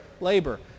labor